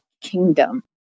kingdom